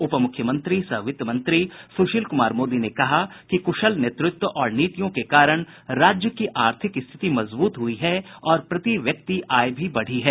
उपमुख्यमंत्री सह वित्त मंत्री सुशील कुमार मोदी ने बताया कि कुशल नेतृत्व और नीतियों के कारण राज्य की आर्थिक स्थिति मजबूत हुई है और प्रति व्यक्ति आय भी बढ़ी है